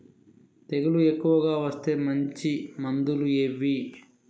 తెగులు ఎక్కువగా వస్తే మంచి మందులు ఏవి?